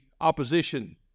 opposition